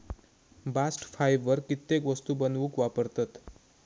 bast fibre कित्येक वस्तू बनवूक वापरतत